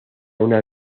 una